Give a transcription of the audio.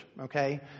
okay